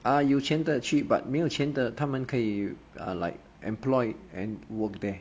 ah 有钱的去 but 没有钱的他们可以 like employed and work there